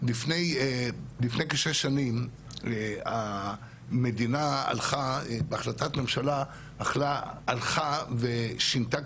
לפני כשש שנים המדינה הלכה בהחלטת ממשלה הלכה ושינתה